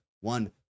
one